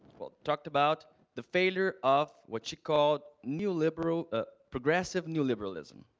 well, talked about the failure of what she called neoliberal ah progressive neoliberalism.